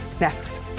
next